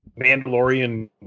mandalorian